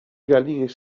galinhas